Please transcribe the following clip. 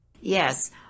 Yes